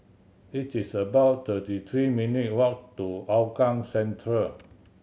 it is about thirty three minute' walk to Hougang Central